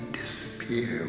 disappear